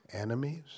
enemies